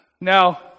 Now